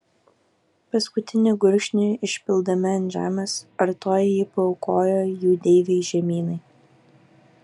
paskutinį gurkšnį išpildami ant žemės artojai jį paaukojo jų deivei žemynai